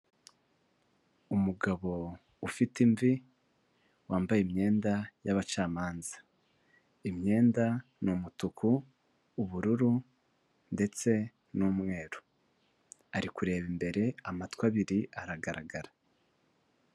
Umugabo ufite imvi, wambaye imyenda y' abacamanza. Imyenda n' umutuku ubururu ndetse n'umweru, ari kureba imbere, amatwi abiri aragaragara.